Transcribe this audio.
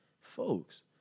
folks